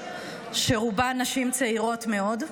רובן צעירות מאוד.